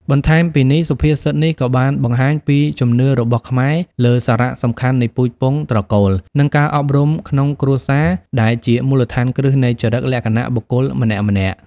បន្ថែមពីនេះ សុភាសិតនេះក៏បានបង្ហាញពីជំនឿរបស់ខ្មែរលើសារៈសំខាន់នៃពូជពង្ស ត្រកូល និងការអប់រំក្នុងគ្រួសារ ដែលជាមូលដ្ឋានគ្រឹះនៃចរិតលក្ខណៈបុគ្គលម្នាក់ៗ។